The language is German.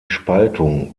spaltung